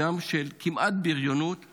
גם של בריונות כמעט,